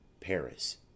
Paris